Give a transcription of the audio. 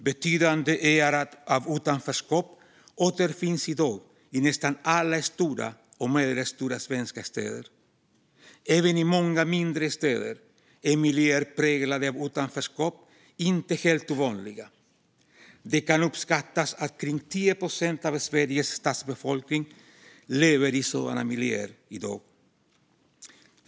Betydande öar av utanförskap återfinns i dag i nästan alla stora och medelstora svenska städer. Även i många mindre städer är miljöer präglade av utanförskap inte helt ovanliga. Det kan uppskattas att kring 10 procent av Sveriges stadsbefolkning lever i sådana miljöer i dag.